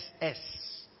ss